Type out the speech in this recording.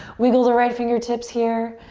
wiggle the right fingertips here.